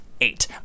eight